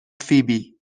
فیبی